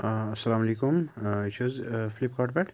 اسلامُ علیکُم یہِ چھِ حظ فِلِپکارٹ پٮ۪ٹھ